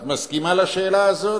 את מסכימה לשאלה הזאת?